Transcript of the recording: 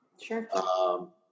Sure